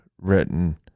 written